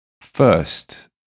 First